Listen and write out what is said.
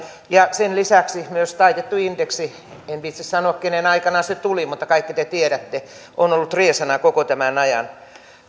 sen lisäksi myös taitettu indeksi en viitsi sanoa kenen aikana se tuli mutta kaikki te tiedätte on ollut riesana koko tämän ajan